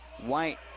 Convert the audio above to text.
White